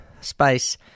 space